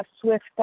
swift